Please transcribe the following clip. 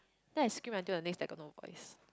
then I scream until the next day I got no voice